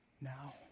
now